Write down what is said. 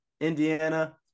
Indiana